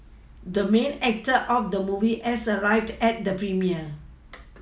the main actor of the movie has arrived at the premiere